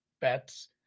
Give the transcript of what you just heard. bets